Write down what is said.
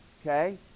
okay